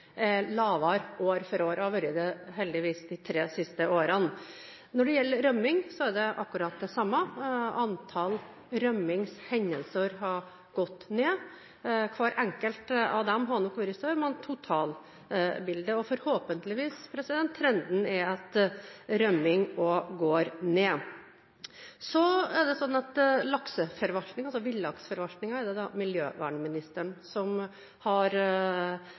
lavere år for år. Heldigvis har det vært slik de siste tre årene. Når det gjelder rømming, skjer akkurat det samme: Antall rømmingshendelser har gått ned. Hver enkelt av dem har nok vært større, men totalbildet – og forhåpentligvis trenden – er at rømming også går ned. Så er det slik at villaksforvaltningen er det miljøvernministeren som har